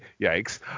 Yikes